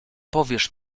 powiesz